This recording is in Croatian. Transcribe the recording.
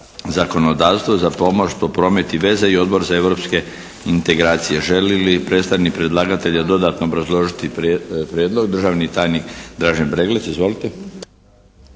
zakonodavstvo, za pomorstvo, promet i veze i Odbor za europske integracije. Želi li predstavnik predlagatelja dodatno obrazložiti prijedlog? Državni tajnik Dražen Breglec. Izvolite.